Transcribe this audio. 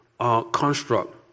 construct